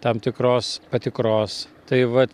tam tikros patikros tai va